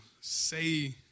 say